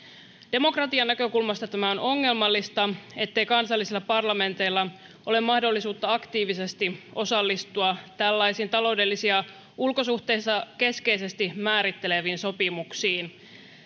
demokratian näkökulmasta tämä on ongelmallista ettei kansallisilla parlamenteilla ole mahdollisuutta aktiivisesti osallistua tällaisiin taloudellisia ulkosuhteita keskeisesti määritteleviin sopimuksiin